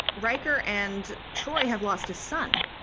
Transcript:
riker and troy have lost a son.